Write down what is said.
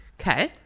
Okay